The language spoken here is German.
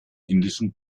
indischen